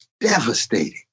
devastating